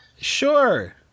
sure